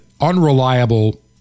unreliable